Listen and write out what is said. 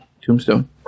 Tombstone